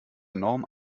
enorm